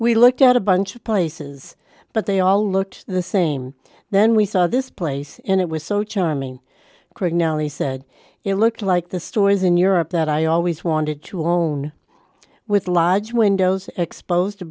we looked out a bunch of places but they all looked the same then we saw this place and it was so charming craig now he said it looked like the stores in europe that i always wanted to own with large windows exposed to